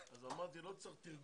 ואנחנו רוצים ללכת.